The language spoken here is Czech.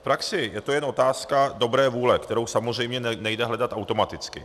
V praxi je to jen otázka dobré vůle, kterou samozřejmě nejde hledat automaticky.